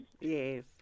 Yes